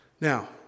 Now